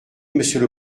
monsieur